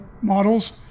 models